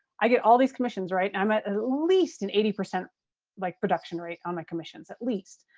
i get all these commissions, right. i'm at least an eighty percent like production rate on my commissions. at least.